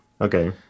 Okay